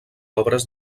obres